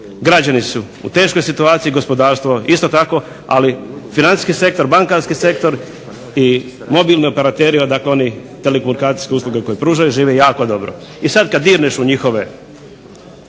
građani su u teškoj situaciji, gospodarstvo isto tako, ali financijski sektor, bankarski sektor i mobilni operateri, dakle oni telekomunikacijske usluge koji pružaju žive jako dobro. I sad kad dirneš u njihove,